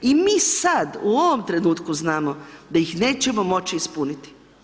I mi sad u ovom trenutku znamo da ih nećemo moći ispuniti.